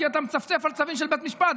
כי אתה מצפצף על צווים של בית משפט,